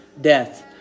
death